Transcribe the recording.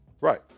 Right